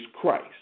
Christ